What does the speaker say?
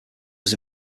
was